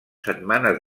setmanes